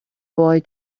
boy